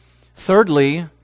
Thirdly